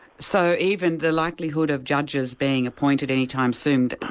so even the likelihood of judges being appointed any time soon,